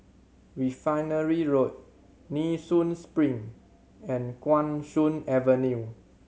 Refinery Road Nee Soon Spring and Guan Soon Avenue